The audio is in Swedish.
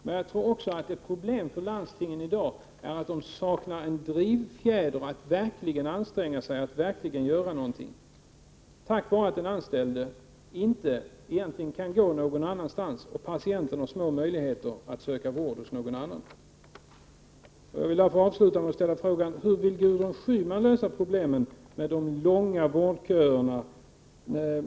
Men jag tror också att ett problem för landstingen i dag är att de saknar en drivfjäder för att verkligen anstränga sig, för att verkligen göra någonting, eftersom de anställda egentligen inte kan gå någon annanstans och eftersom patienten har små möjligheter att söka vård hos någon annan. Jag vill därför avsluta detta inlägg med att fråga: Hur vill Gudrun Schyman lösa problemet med de långa vårdköerna?